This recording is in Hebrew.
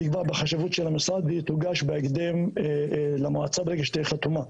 היא כבר בחשבות של המוסד והיא תוגש בהקדם למועצה ברגע שתהיה חתומה.